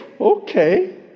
Okay